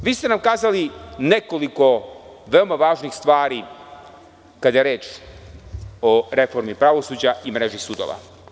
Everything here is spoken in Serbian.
Kazali ste nam nekoliko puta veoma važnih stvari kada je reč o reformi pravosuđa i mreži sudova.